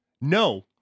No